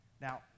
Now